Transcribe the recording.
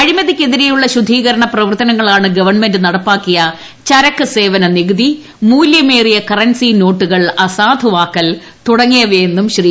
അഴിമതിക്കെതിരെയുള്ള ശുദ്ധീകരണ പ്രവർത്തനങ്ങളാണ് ഗവൺമെന്റ് നടപ്പാക്കിയ ചരക്ക് സേവന നികുതി മൂല്യമേറിയ കറൻസി നോട്ടുകൾ അസാധുവാക്കൽ തുടങ്ങിയവയെന്നും ശ്രീ